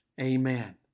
amen